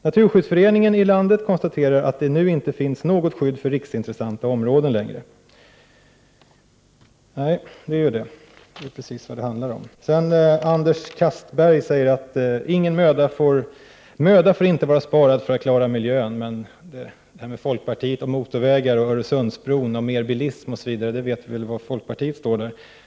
Naturskyddsföreningen i landet konstaterar att det nu inte längre finns något skydd för riksintressanta områden. Det är precis vad det handlar om. Anders Castberger säger att möda inte får vara sparad för att klara miljön. Men folkpartiet och motorvägar, Öresundsbro och mer bilism, nog vet vi var folkpartiet står.